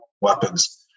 weapons